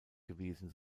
gewesen